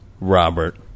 Robert